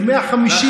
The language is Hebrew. זה 150,000,